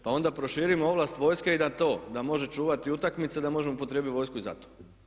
Pa onda proširimo ovlast vojske i na to, da može čuvati utakmice da možemo upotrijebiti vojsku i za to.